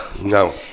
no